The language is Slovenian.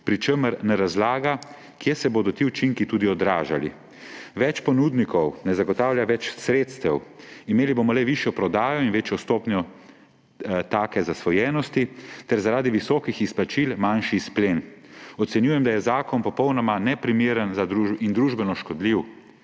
pri čemer ne razlaga, kje se bodo ti učinki tudi odražali. Več ponudnikov ne zagotavlja več sredstev. Imeli bomo le višjo prodajo in večjo stopnjo take zasvojenosti ter zaradi visokih izplačil manjši izplen. Ocenjujem, da je zakon popolnoma neprimeren in družbeno škodljiv.«